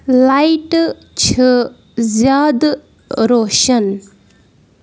لایٹہٕ چھِ زیادٕ روشَن